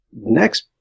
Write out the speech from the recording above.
next